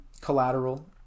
Collateral